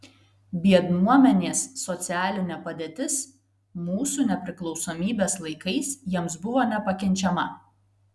biednuomenės socialinė padėtis mūsų nepriklausomybės laikais jiems buvo nepakenčiama